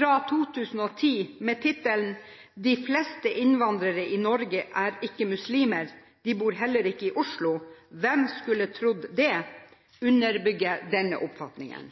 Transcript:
fra 2010 med tittelen «De fleste innvandrere i Norge er ikke muslimer, de bor heller ikke i Oslo. Hvem skulle trodd det?» underbygger denne oppfatningen.